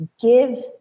give